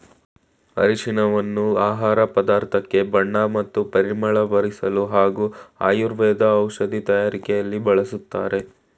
ಅರಿಶಿನವನ್ನು ಆಹಾರ ಪದಾರ್ಥಕ್ಕೆ ಬಣ್ಣ ಮತ್ತು ಪರಿಮಳ ಬರ್ಸಲು ಹಾಗೂ ಆಯುರ್ವೇದ ಔಷಧಿ ತಯಾರಕೆಲಿ ಬಳಸ್ತಾರೆ